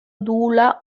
dugula